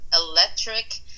electric